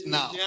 now